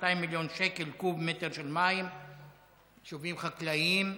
כ-200 מיליון קוב מטר של מים מושבים מהחקלאים,